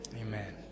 Amen